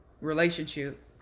relationship